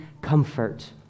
comfort